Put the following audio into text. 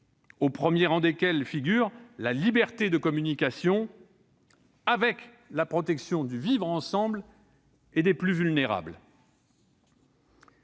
au premier rang desquelles figure la liberté de communication, et la protection du « vivre ensemble » et des plus vulnérables.